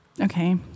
okay